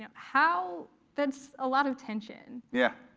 yeah how that's a lot of tension. yeah.